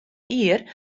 jier